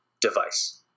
device